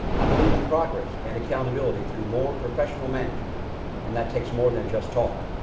i believe in progress and accountability through more professional management and that takes more than just talk.